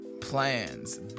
plans